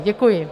Děkuji.